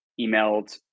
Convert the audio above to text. emailed